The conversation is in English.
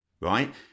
right